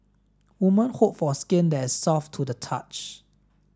woman hope for skin that is soft to the touch